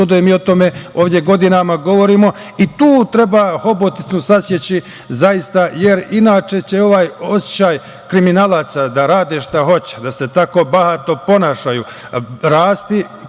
sudije. Mi ovde o tome godinama govorimo i tu treba hobotnicu saseći zaista, jer inače će ovaj osećaj kriminalca da rade šta hoće, da se tako bahato ponašaju, rasti